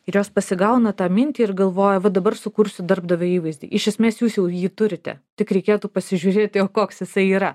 ir jos pasigauna tą mintį ir galvoja va dabar sukursiu darbdavio įvaizdį iš esmės jūs jau jį turite tik reikėtų pasižiūrėti o koks jisai yra